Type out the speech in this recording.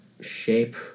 shape